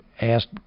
asked